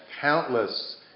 countless